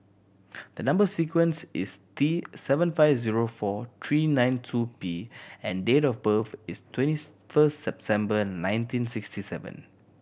the number sequence is T seven five zero four three nine two P and date of birth is twentieth first September nineteen sixty seven